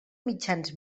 mitjans